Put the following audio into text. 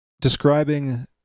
describing